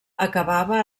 acabava